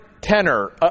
tenor